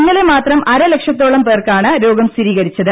ഇന്നലെ മാത്രം അര ലക്ഷത്തോളം പേർക്കാണ് രോഗം സ്ഥിരീകരിച്ചത്